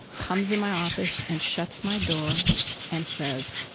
comes in my office and shuts my door and says,